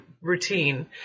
routine